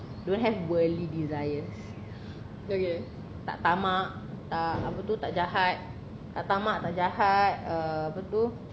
don't have worldly desires tak tamak tak apa tu tak jahat tak tamak tak jahat uh apa tu